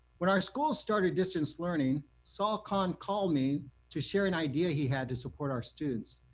when our school started distance learning, sal khan called me to share an idea he had to support our students.